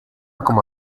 como